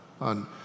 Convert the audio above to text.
on